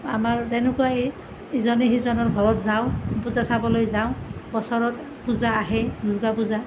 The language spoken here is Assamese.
আমাৰ তেনেকুৱাই ইজনে সিজনৰ ঘৰত যাওঁ পূজা চাবলৈ যাওঁ বছৰত পূজা আহেই দুৰ্গা পূজা